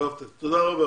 תודה.